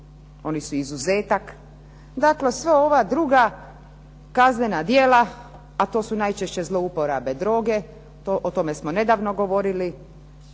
Oni su izuzetak. Dakle, sve ona druga kaznena djela, a to su najčešće zlouporabe droge, o tome smo nedavno govorili,